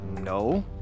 no